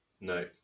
no